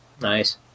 Nice